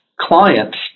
clients